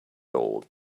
old